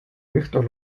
õhtul